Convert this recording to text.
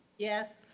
yes.